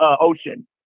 ocean